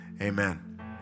Amen